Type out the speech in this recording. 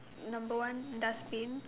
number one dustbin